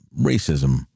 racism